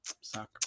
suck